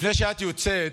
לפני שאת יוצאת,